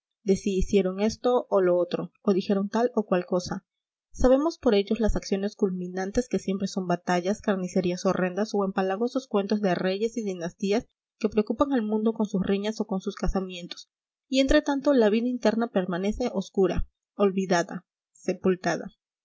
si hicieron esto o lo otro o dijeron tal o cual cosa sabemos por ellos las acciones culminantes que siempre son batallas carnicerías horrendas o empalagosos cuentos de reyes y dinastías que preocupan al mundo con sus riñas o con sus casamientos y entretanto la vida interna permanece oscura olvidada sepultada